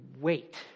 wait